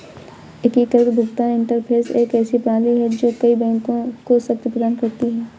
एकीकृत भुगतान इंटरफ़ेस एक ऐसी प्रणाली है जो कई बैंकों को शक्ति प्रदान करती है